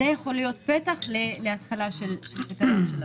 זה יכול להיות פתח להתחלה של פתרון של הבעיה.